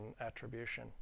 attribution